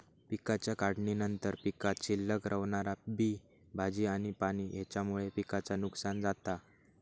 पिकाच्या काढणीनंतर पीकात शिल्लक रवणारा बी, भाजी आणि पाणी हेच्यामुळे पिकाचा नुकसान जाता